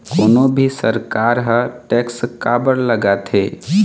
कोनो भी सरकार ह टेक्स काबर लगाथे?